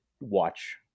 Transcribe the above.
watch